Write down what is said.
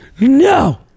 No